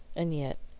and yet,